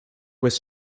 was